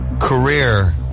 career